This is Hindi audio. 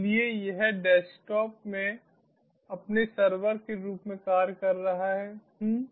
इसलिए यह डेस्कटॉप मैं अपने सर्वर के रूप में कार्य कर रहा हूं